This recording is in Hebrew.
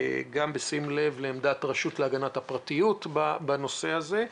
גם בשים לב לרשות להגנת הפרטיות בנושא הזה.